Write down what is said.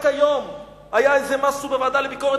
רק היום היה איזה משהו בוועדה לביקורת